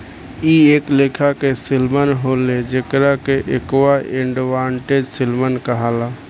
इ एक लेखा के सैल्मन होले जेकरा के एक्वा एडवांटेज सैल्मन कहाला